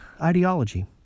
ideology